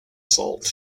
salt